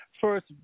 First